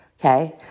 Okay